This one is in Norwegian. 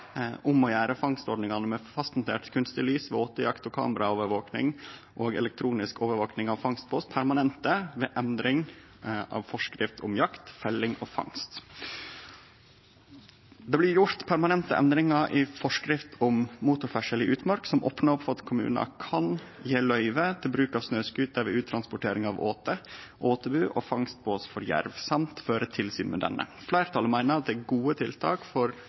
om å gjere fangstordningane med fastmontert kunstig lys ved åtejakt og kameraovervaking og elektronisk overvaking av fangstbås permanente ved endring av forskrift om jakt, felling og fangst. Det blir gjort permanente endringar i forskrift om motorferdsel i utmark, som opnar for at kommunar kan gje løyve til bruk av snøscooter ved uttransportering av åte, åtebu og fangstbås for jerv, samt til å føre tilsyn med denne. Fleirtalet meiner dette er gode tiltak for